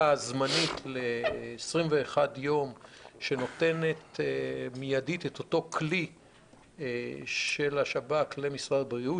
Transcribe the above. זמנית ל-21 יום שנותנת מידית את אותו כלי של השב"כ למשרד הבריאות,